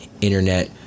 internet